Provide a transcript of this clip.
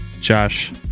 Josh